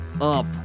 up